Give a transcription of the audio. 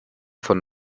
von